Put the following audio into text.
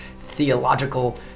theological